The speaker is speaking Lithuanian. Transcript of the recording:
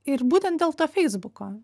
ir būten dėl to feisbuko